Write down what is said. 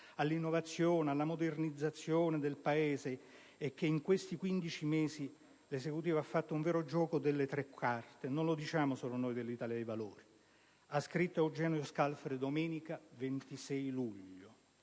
all'innovazione e alla modernizzazione del Paese e che in questi 15 mesi l'Esecutivo abbia fatto un vero gioco delle tre carte non lo diciamo solo noi dell'Italia dei Valori. Ha scritto Eugenio Scalfari domenica 26 luglio: